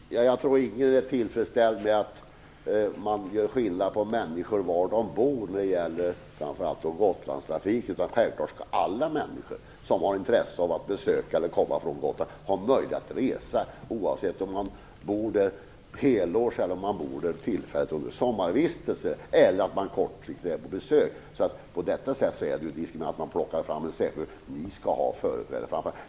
Herr talman! Jag tycker inte att det är tillfredsställande att man i Gotlandstrafiken skulle göra skillnad på människor på grundval av var de bor. Självklart skall alla människor som har intresse av att resa till eller från Gotland ha möjlighet att resa, oavsett om de bor där hela året eller tillfälligt under sommaren eller kommer dit för ett kort besök. Man bör inte säga att en viss kategori skall ha företräde framför andra.